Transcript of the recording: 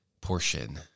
portion